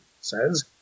says